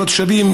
כל התושבים,